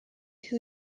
who